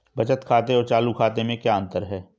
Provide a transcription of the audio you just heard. बचत खाते और चालू खाते में क्या अंतर है?